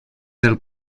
del